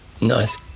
Nice